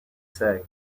say